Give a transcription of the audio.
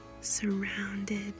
surrounded